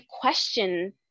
question